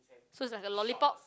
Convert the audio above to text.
so it's like a lollipop